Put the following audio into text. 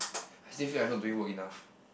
I still feel I've not doing work enough